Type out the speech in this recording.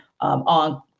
on